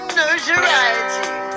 notoriety